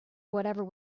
whatever